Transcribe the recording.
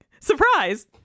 surprise